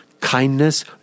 kindness